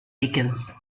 dickens